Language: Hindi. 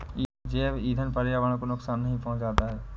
जैव ईंधन पर्यावरण को नुकसान नहीं पहुंचाता है